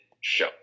show